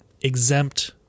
exempt